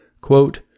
Quote